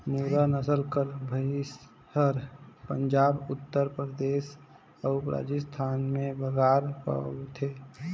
मुर्रा नसल कर भंइस हर पंजाब, उत्तर परदेस अउ राजिस्थान में बगरा पवाथे